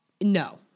No